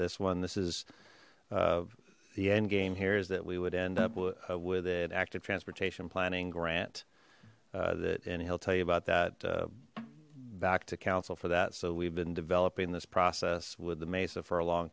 this one this is uh the end game here is that we would end up with an active transportation planning grant uh that and he'll tell you about that uh back to council for that so we've been developing this process with the mesa for a long